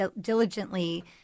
diligently